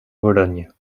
vologne